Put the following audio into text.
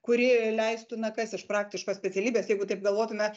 kuri leistų na kas iš praktiškos specialybės jeigu taip galvotume